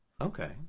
Okay